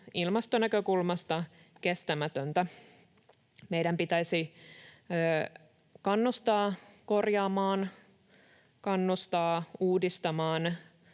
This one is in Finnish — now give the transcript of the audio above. ilmastonäkökulmasta kestämätöntä. Meidän pitäisi kannustaa korjaamaan, kannustaa uudistamaan